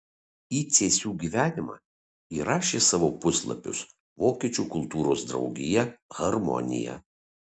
į cėsių gyvenimą įrašė savo puslapius vokiečių kultūros draugija harmonija